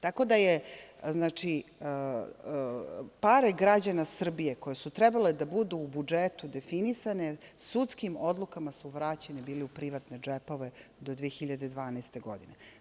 Tako da pare građana Srbije koje su trebale da budu u budžetu definisane, sudskim odlukama su bile vraćene u privatne džepove do 2012. godine.